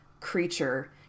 creature